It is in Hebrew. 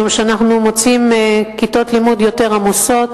משום שאנחנו מוצאים כיתות לימוד יותר עמוסות.